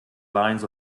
lines